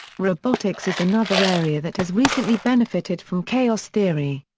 robotics is another area that has recently benefited from chaos theory.